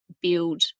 build